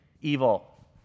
evil